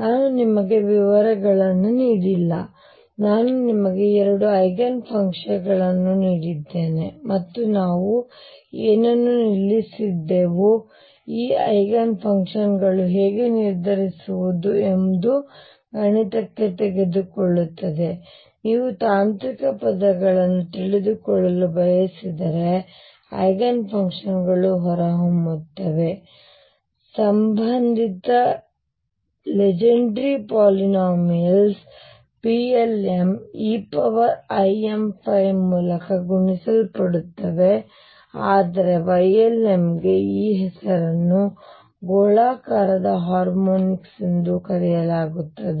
ನಾನು ನಿಮಗೆ ವಿವರಗಳನ್ನು ನೀಡಿಲ್ಲ ನಾನು ನಿಮಗೆ 2 ಐಗನ್ ಫಂಕ್ಷನ್ಗಳನ್ನು ನೀಡಿದ್ದೇನೆ ಮತ್ತು ನಾವು ಏನನ್ನು ನಿಲ್ಲಿಸಿದ್ದೆವು ಈ ಐಗನ್ ಫಂಕ್ಷನ್ಗಳನ್ನು ಹೇಗೆ ನಿರ್ಧರಿಸುವುದು ಎಂದು ಗಣಿತಕ್ಕೆ ತೆಗೆದುಕೊಳ್ಳುತ್ತದೆ ನೀವು ತಾಂತ್ರಿಕ ಪದಗಳನ್ನು ತಿಳಿದುಕೊಳ್ಳಲು ಬಯಸಿದರೆ ಐಗನ್ ಫಂಕ್ಷನ್ಗಳು ಹೊರಹೊಮ್ಮುತ್ತವೆ ಸಂಬಂಧಿತ ಲೆಜೆಂಡ್ರೆ ಪಾಲಿನೊಮಿಯಲ್ಸ್ Plm eimϕ ಮೂಲಕ ಗುಣಿಸಲ್ಪಡುತ್ತವೆ ಆದರೆ Ylm ಗೆ ಈ ಹೆಸರನ್ನು ಗೋಳಾಕಾರದ ಹಾರ್ಮೋನಿಕ್ಸ್ ಎಂದು ಕರೆಯಲಾಗುತ್ತದೆ